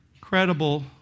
credible